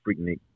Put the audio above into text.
Freaknik